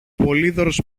πολύδωρος